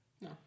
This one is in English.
No